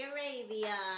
Arabia